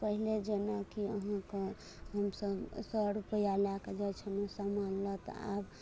पहिने जेनाकि अहाँकऽ हमसब सए रुपआ लएके जाइत छलियै समान लए तऽ आब